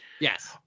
Yes